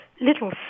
little